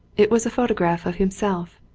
it was a photograph of himself.